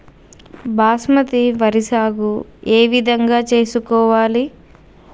బాస్మతి వరి సాగు ఏ విధంగా చేసుకోవాలి?